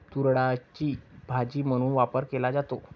तूरडाळीचा भाजी म्हणून वापर केला जातो